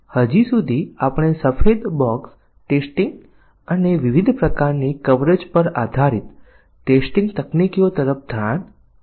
અને હવે આપણે વ્હાઇટ બોક્સ પરીક્ષણની કેટલીક તકનીકો તરફ ધ્યાન આપીએ